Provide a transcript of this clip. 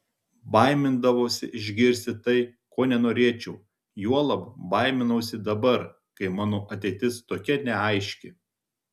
baimindavausi išgirsti tai ko nenorėčiau juolab baiminausi dabar kai mano ateitis tokia neaiški